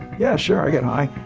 yeah sure i get high.